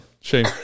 Shame